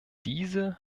diese